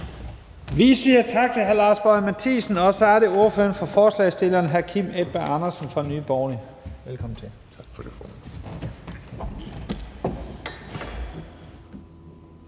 Vi siger tak til hr. Lars Boje Mathiesen, og så er det ordføreren for forslagsstillerne, hr. Kim Edberg Andersen fra Nye Borgerlige. Velkommen til.